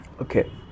Okay